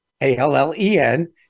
A-L-L-E-N